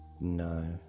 No